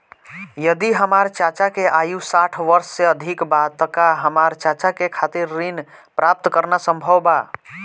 यदि हमार चाचा के आयु साठ वर्ष से अधिक बा त का हमार चाचा के खातिर ऋण प्राप्त करना संभव बा?